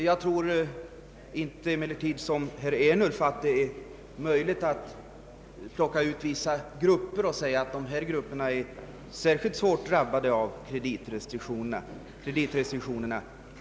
Jag tror emellertid inte som herr Ernulf att det är möjligt att plocka ut vissa grupper och säga vilka som är hårdast drabbade av kreditrestriktionerna.